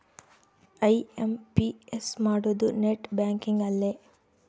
IMPS ಮಾಡೋದು net banking ಅಲ್ಲೆ